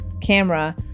camera